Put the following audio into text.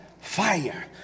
fire